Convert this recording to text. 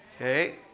okay